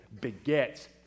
begets